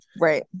right